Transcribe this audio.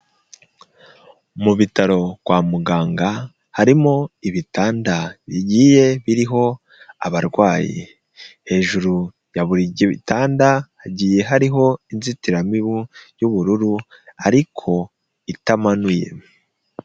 Mu bitaro kwa muganga, harimo ibitanda bigiye biriho abarwayi. Hejuru ya buri gi bitanda hagiye hariho inzitiramibu y'ubururu ariko itamanuye.